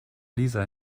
lisa